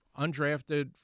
undrafted